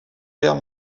guerre